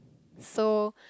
so